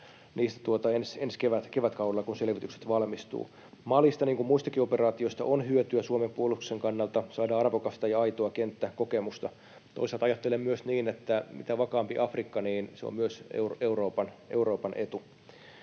niistä ensi kevätkaudella, kun selvitykset valmistuvat. Malista, niin kuin muistakin operaatioista, on hyötyä Suomen puolustuksen kannalta. Saadaan arvokasta ja aitoa kenttäkokemusta. Toisaalta ajattelen myös niin, että mitä vakaampi Afrikka, niin se on myös Euroopan etu.